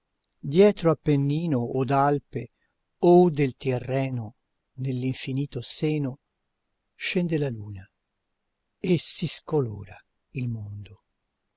dietro apennino od alpe o del tirreno nell'infinito seno scende la luna e si scolora il mondo